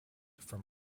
from